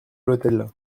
l’hôtel